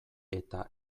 eta